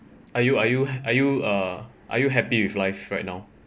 are you are you are you err are you happy with life right now